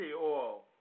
oil